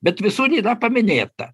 bet visur yra paminėta